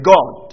God